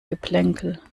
geplänkel